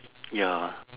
ya